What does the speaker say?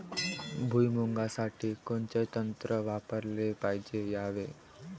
भुइमुगा साठी कोनचं तंत्र वापराले पायजे यावे?